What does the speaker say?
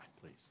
please